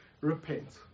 repent